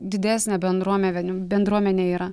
didesnė bendruomevėn bendruomenė yra